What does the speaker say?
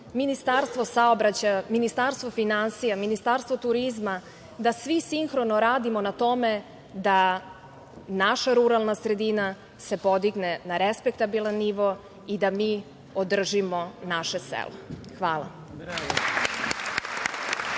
Ministarstvo saobraćaja, Ministarstvo finansija, Ministarstvo turizma, da svi sinhrono radimo na tome da naša ruralna sredina se podigne na respektabilan nivo i da mi održimo naše selo. Hvala.